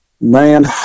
man